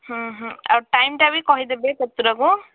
ହଁ ହଁ ଆଉ ଟାଇମଟା ବି କହିଦେବେ କେତେଟାକୁ